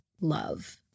love